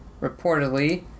reportedly